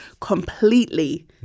completely